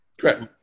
Correct